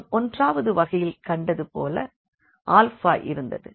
நாம் ஒன்றாவது வகையில் கண்டது போல இருந்தது